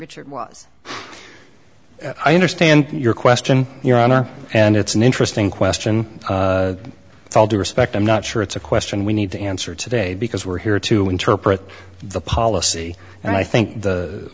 richard was i understand your question your honor and it's an interesting question it's all due respect i'm not sure it's a question we need to answer today because we're here to interpret the policy and i think the